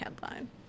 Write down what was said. headline